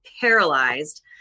paralyzed